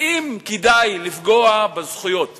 האם כדאי לפגוע בזכויות?